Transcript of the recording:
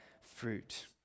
fruit